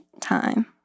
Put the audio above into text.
time